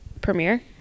premiere